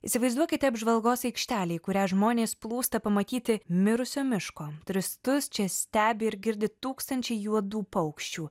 įsivaizduokite apžvalgos aikštelę į kurią žmonės plūsta pamatyti mirusio miško turistus čia stebi ir girdi tūkstančiai juodų paukščių